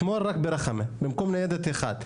רק ברכמה, במקום ניידת אחת.